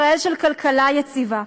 ישראל של כלכלה יציבה,